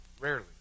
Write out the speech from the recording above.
Rarely